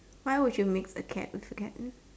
why would you mix a cat with a cat